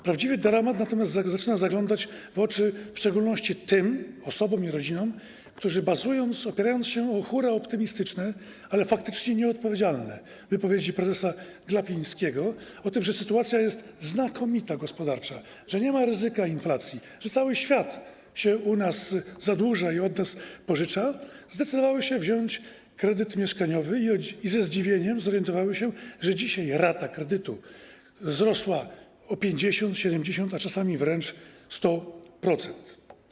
Prawdziwy dramat natomiast zaczyna zaglądać w oczy w szczególności tym osobom i rodzinom, które bazując, opierając się o hurraoptymistyczne, ale faktycznie nieodpowiedzialne wypowiedzi prezesa Glapińskiego o tym, że sytuacja gospodarcza jest znakomita, że nie ma ryzyka inflacji, że cały świat się u nas zadłuża i od nas pożycza, zdecydowały się wziąć kredyt mieszkaniowy i ze zdziwieniem zorientowały się, że dzisiaj rata kredytu wzrosła o 50, 70, a czasami wręcz o 100%.